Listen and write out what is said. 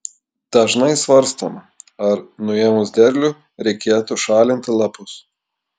dažnai svarstoma ar nuėmus derlių reikėtų šalinti lapus